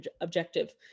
objective